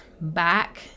back